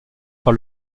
par